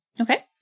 Okay